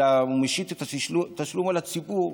אלא הוא משית את התשלום על הציבור,